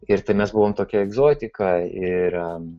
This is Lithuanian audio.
ir tai mes buvome tokia egzotika ir